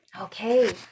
Okay